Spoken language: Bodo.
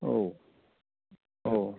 औ अ